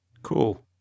Cool